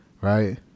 right